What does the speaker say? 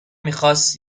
میخواست